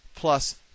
plus